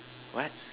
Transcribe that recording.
what